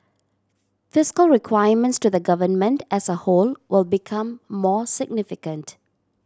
fiscal requirements to the government as a whole will become more significant